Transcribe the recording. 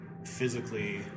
Physically